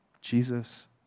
Jesus